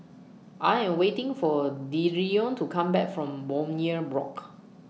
I Am waiting For Dereon to Come Back from Bowyer Block